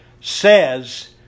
says